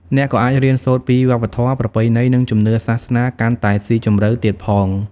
អ្នកក៏អាចរៀនសូត្រពីវប្បធម៌ ប្រពៃណី និងជំនឿសាសនាកាន់តែស៊ីជម្រៅទៀតផង។